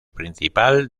principal